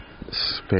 space